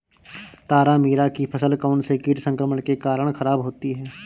तारामीरा की फसल कौनसे कीट संक्रमण के कारण खराब होती है?